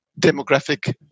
demographic